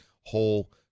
whole